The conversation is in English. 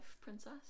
princess